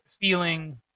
feeling